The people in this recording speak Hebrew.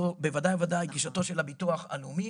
זו ודאי גישתו של הביטוח הלאומי.